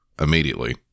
immediately